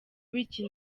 bityo